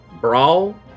Brawl